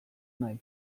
nahi